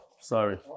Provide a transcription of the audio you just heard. sorry